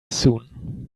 soon